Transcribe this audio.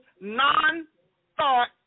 non-thought